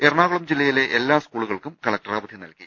എറണാകുളം ജില്ലയിലെ എല്ലാ സ്കൂളുകൾക്കും കളക്ടർ അവധിനൽകി